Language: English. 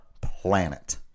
planet